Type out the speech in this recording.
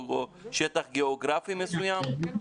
או שטח גאוגרפי מסוים?